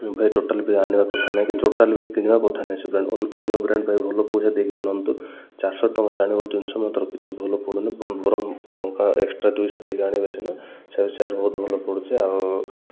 ଭାଇ ଟୋଟାଲ ବି ଆଣିବା କଥା ନାହିଁ କି ଟୋଟାଲ୍ ବି କିଣିବା କଥା ନାହିଁ ସେ ବ୍ରାଣ୍ଡ ଅନ୍ୟ ବ୍ରାଣ୍ଡ ଭାଇ ଭଲ ପଇସା ଦେଇକି ଆଣନ୍ତୁ ଚାରିଶହ ଟଙ୍କାରେ ଆଣିବ ଜିନିଷ ମାତ୍ର କିଛି ଭଲ ପଡ଼ୁନି ବରମ ଟଙ୍କା ଏକ୍ସଟ୍ରା ଦୁଇଶହ ଦେଇକି ଆଣିବେ ସିନା ସେ ଚେୟାର ବହୁତ ଭଲ ପଡ଼ୁଛି ଆଉ